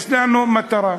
יש לנו מטרה,